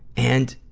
and,